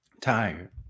tired